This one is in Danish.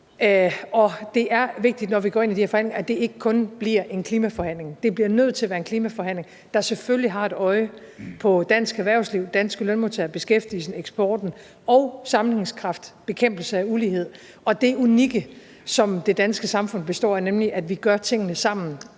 Det er vigtigt, når vi går ind til de her forhandlinger, at det ikke kun bliver en klimaforhandling. Det bliver nødt til at være en klimaforhandling, der selvfølgelig har et øje på dansk erhvervsliv, danske lønmodtagere, beskæftigelse, eksport, sammenhængskraft og bekæmpelse af ulighed og det, som er unikt for det danske samfund, nemlig at vi gør tingene sammen